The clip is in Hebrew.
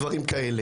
או דברים כאלה,